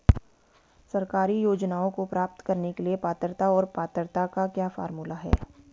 सरकारी योजनाओं को प्राप्त करने के लिए पात्रता और पात्रता का क्या फार्मूला है?